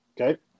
Okay